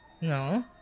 No